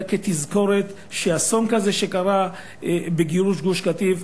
אלא כתזכורת שאסון כזה שקרה בגירוש גוש-קטיף,